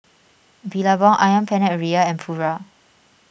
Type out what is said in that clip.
Billabong Ayam Penyet Ria and Pura